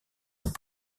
aux